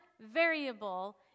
variable